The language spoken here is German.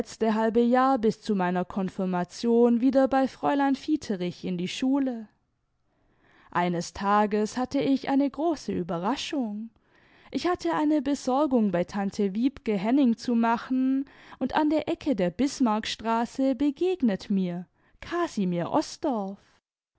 halbe jahr bis zu meiner konfirmation wieder bei fräulein vieterich in die schule eines tages hatte ich eine große überraschung ich hatte eine besorgung bei tante wiebke henning zu machen und an der ecke der bismarckstraße begegnet mir casimir osdorff